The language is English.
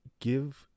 give